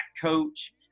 coach